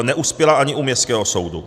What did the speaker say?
Neuspěla ani u městského soudu.